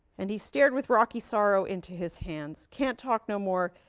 and he stared with rocky sorrow into his hands. can't talk no more.